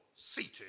seated